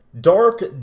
Dark